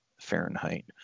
fahrenheit